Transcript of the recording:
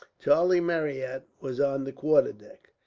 charlie marryat was on the quarterdeck,